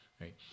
right